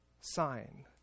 sign